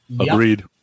Agreed